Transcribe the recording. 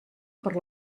per